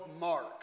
Mark